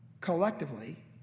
collectively